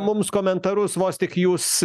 mums komentarus vos tik jūs